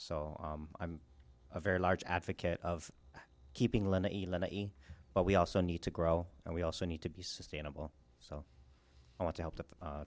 so i'm a very large advocate of keeping lenny lenny but we also need to grow and we also need to be sustainable so i want to help the